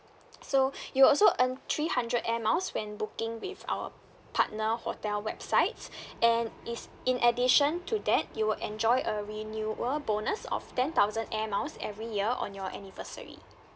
so you'll also earn three hundred air miles when booking with our partner hotel websites and is in addition to that you will enjoy a renewal bonus of ten thousand air miles every year on your anniversary